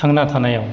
थांना थानायाव